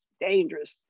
dangerous